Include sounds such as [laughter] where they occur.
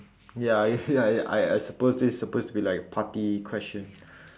ya [noise] ya I I suppose this supposed to be like party question